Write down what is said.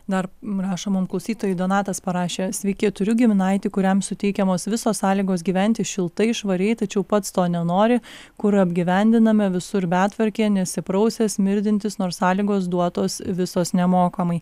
dar rašo mum klausytojai donatas parašė sveiki turiu giminaitį kuriam suteikiamos visos sąlygos gyventi šiltai švariai tačiau pats to nenori kur apgyvendiname visur betvarkė nesiprausęs smirdintys nors sąlygos duotos visos nemokamai